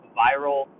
viral